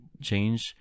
change